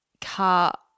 CAR